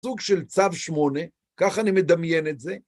סוג של צו שמונה, כך אני מדמיין את זה.